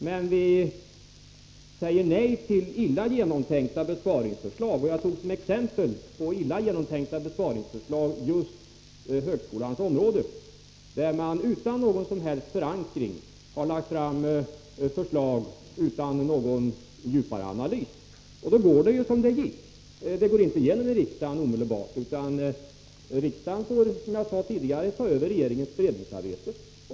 Men vi säger nej till illa genomtänkta besparingsförslag — och som exempel på det nämnde jag just högskolans område, där man utan någon som helst förankring och utan någon djupare analys har lagt fram olika förslag. Då gick det som det gick — förslaget gick inte omedelbart igenom i riksdagen utan riksdagen får, som jag tidigare sade, tydligen ta över regeringens beredningsarbete.